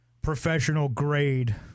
professional-grade